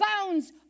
bones